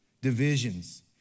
divisions